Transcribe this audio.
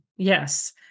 Yes